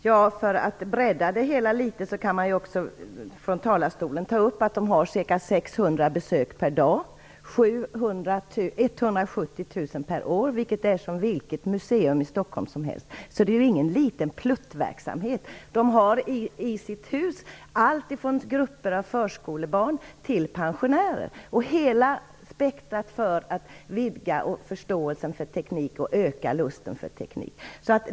Herr talman! Jag kan också ta upp att Teknikens hus i Luleå har ca 600 besök per dag och 170 000 besök per år, vilket är detsamma som för vilket museum som helst i Stockholm. Så det är ju inte fråga om någon liten pluttverksamhet. I sitt hus har man alltifrån grupper av förskolebarn till pensionärer och hela spektrat för att vidga förståelsen och öka lusten för teknik.